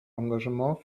engagement